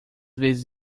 vezes